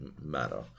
matter